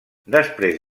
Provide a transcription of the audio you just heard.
després